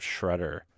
shredder